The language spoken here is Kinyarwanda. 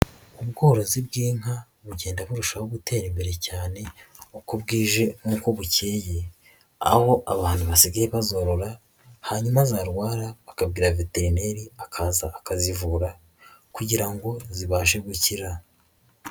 Ubworozi bw'inka bugenda burushaho gutera imbere cyane uko bwije n'uko bukeye, aho abantu basigaye bazorora hanyuma zarwara bakabwira veterineri akaza akazivura kugira ngo zibashe gukira.